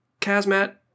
Kazmat